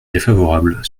défavorable